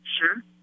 sure